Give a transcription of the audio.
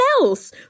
else